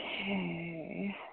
Okay